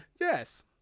Yes